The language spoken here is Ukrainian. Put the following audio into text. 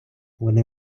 вони